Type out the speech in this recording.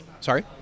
Sorry